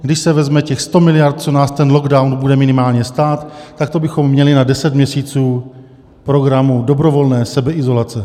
Když se vezme těch 100 miliard, co nás ten lockdown bude minimálně stát, tak to bychom měli na deset měsíců programu dobrovolné sebeizolace.